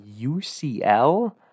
UCL